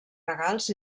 regals